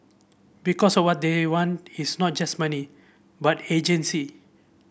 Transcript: because what they want is not just money but agency